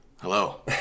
Hello